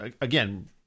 again